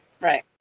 Right